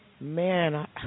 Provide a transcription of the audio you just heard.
man